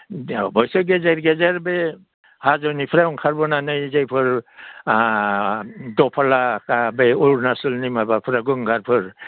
अबयस्से गेजेर गेजेर बे हाजोनिफ्राय ओंखारबोनानै जायफोर दफला बे अरुनाचलनि माबाफोरा बै गंगारफोर